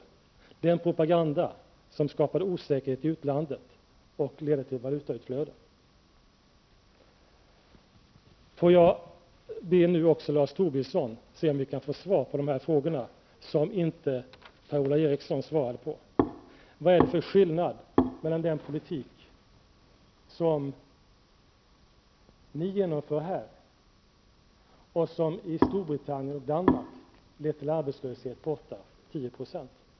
Det var den propagandan som skapade osäkerhet i utlandet och ledde till ett valutautflöde. Får jag be Lars Tobisson att tala om, så att vi kan få svar på de frågor som inte Per-Ola Eriksson svarade på, vad det är för skillnad mellan den politik som ni genomför här och den som i Storbritannien och Danmark har lett till en arbetslöshet på 8--10 %.